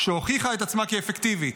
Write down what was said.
שהוכיחה את עצמה כאפקטיבית,